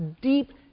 deep